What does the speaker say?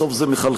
בסוף זה מחלחל,